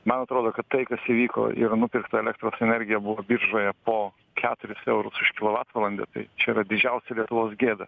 man atrodo kad tai kas įvyko yra nupirkta elektros energija buvo biržoje po keturis eurus už kilovatvalandę tai čia yra didžiausia lietuvos gėda